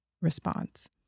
response